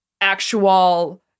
actual